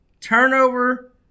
turnover